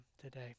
today